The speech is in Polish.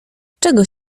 czego